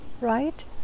right